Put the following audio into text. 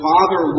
Father